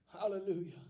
Hallelujah